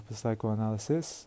Psychoanalysis